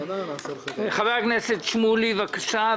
חבר הכנסת שמולי, בבקשה.